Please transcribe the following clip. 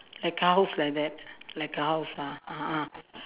like house like that like a house ah (uh huh)